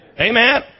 Amen